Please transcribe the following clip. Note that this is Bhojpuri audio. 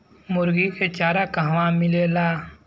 मुर्गी के चारा कहवा मिलेला?